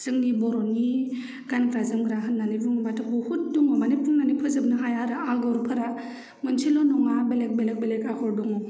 जोंनि बर'नि गानग्रा जोमग्रा होननानै बुङोबाथ' बहुत दङ' माने बुंनानै फोजोबनो हाया आरो आगरफोरा मोनसेल' नङा बेलेग बेलेग बेलेग आगर दङ'